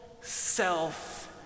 self